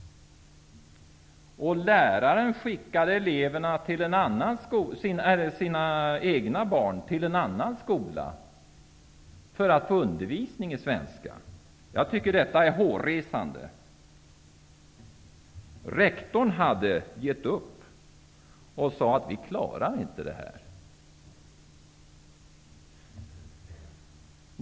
Läraren skickade sina egna barn till en annan skola för att de skulle få undervisning i svenska. Jag tycker att detta är hårresande. Rektorn hade gett upp och sade att de inte klarade detta.